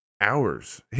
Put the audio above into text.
hours